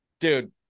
dude